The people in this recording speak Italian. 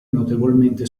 notevolmente